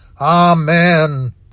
Amen